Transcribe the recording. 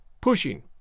pushing